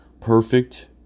perfect